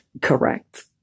Correct